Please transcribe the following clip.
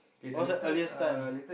what's the earliest time